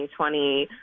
2020